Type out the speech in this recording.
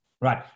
right